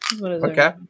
Okay